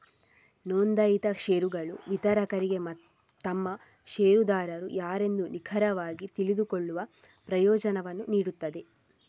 ನೋಂದಾಯಿತ ಷೇರುಗಳು ವಿತರಕರಿಗೆ ತಮ್ಮ ಷೇರುದಾರರು ಯಾರೆಂದು ನಿಖರವಾಗಿ ತಿಳಿದುಕೊಳ್ಳುವ ಪ್ರಯೋಜನವನ್ನು ನೀಡುತ್ತವೆ